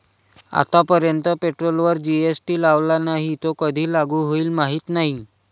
आतापर्यंत पेट्रोलवर जी.एस.टी लावला नाही, तो कधी लागू होईल माहीत नाही